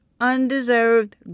undeserved